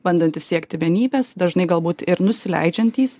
bandantys siekti vienybės dažnai galbūt ir nusileidžiantys